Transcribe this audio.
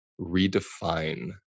redefine